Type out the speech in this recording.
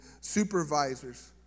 supervisors